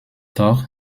doch